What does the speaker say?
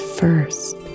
first